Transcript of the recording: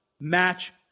match